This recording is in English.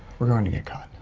we're going to get caught.